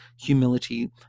humility